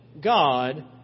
God